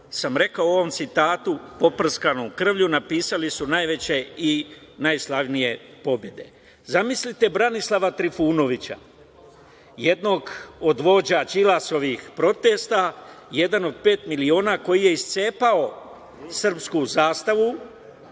sam rekao u ovom citatu, poprskanom krvlju napisali su najveće i najslavnije pobede. Zamislite Branislava Trifunovića, jednog od vođa Đilasovih protesta „jedan od pet miliona“, koji je iscepao srpsku zastavu